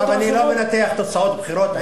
עכשיו אני לא מנתח תוצאות בחירות,